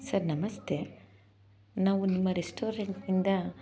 sir ನಮಸ್ತೆ ನಾವು ನಿಮ್ಮ ರೆಸ್ಟೋರೆಂಟ್ನಿಂದ